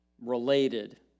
related